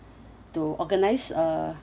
to organise a